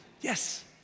Yes